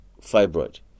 fibroid